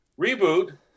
Reboot